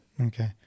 okay